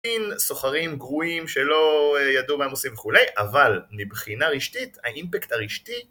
סוחרים גרועים שלא ידעו מה הם עושים וכולי אבל מבחינה רשתית האימפקט הרשתי